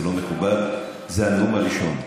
זה לא מקובל, זה הנאום הראשון.